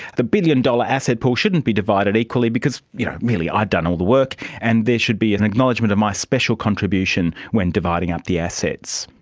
the billion-dollar asset pool shouldn't be divided equally because you know really i've done all the work and there should be an acknowledgement of my special contribution when dividing up the assets.